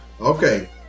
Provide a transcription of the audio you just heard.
Okay